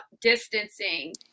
distancing